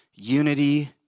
unity